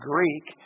Greek